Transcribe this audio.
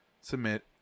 submit